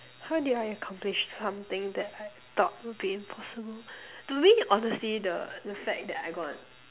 how did I accomplish something that I thought would be impossible to me honestly the the fact that I got